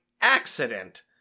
accident